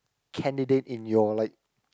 candidate in your like